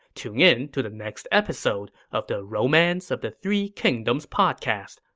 tune in to the next episode of the romance of the three kingdoms podcast.